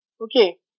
Okay